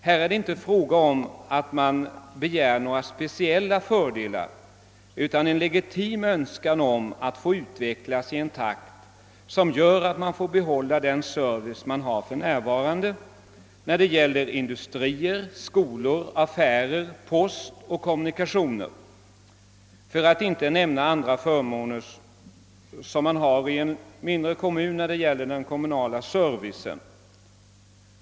Här är det inte fråga om att kommuner begär några speciella fördelar utan om en fullt legitim önskan att få utvecklas i sådan takt, att de får behålla den service de för närvarande har i fråga om industrier, skolor, affärer, post och kommunikationer — för att inte nämna andra förmåner som finns i en mindre kommun när det gäller den kommunala servicen.